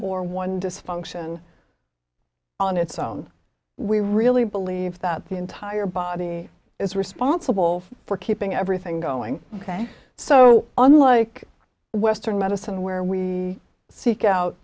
or one dysfunction on its own we really believe that the entire body is responsible for keeping everything going ok so unlike western medicine where we seek out